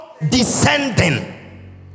descending